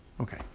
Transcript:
Okay